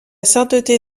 sainteté